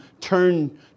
turn